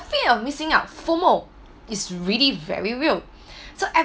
fear of missing out FOMO is really very real so advertisement